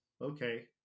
okay